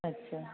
अच्छा